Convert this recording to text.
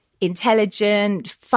intelligent